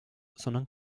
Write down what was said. sondern